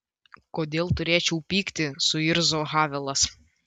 kodėl turėčiau pykti suirzo havelas